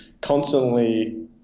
constantly